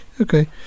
Okay